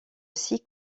six